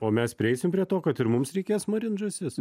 o mes prieisim prie to kad ir mums reikės marint žąsis